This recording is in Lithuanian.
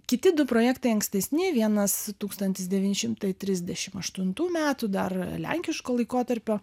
kiti du projektai ankstesni viena tūkstantis devyni šimtai trisdešimt aštuntų metų dar lenkiško laikotarpio